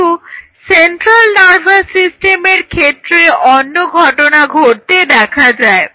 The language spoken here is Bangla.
কিন্তু সেন্ট্রাল নার্ভাস সিস্টেমের ক্ষেত্রে অন্য ঘটনা ঘটতে দেখা যায়